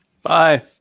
Bye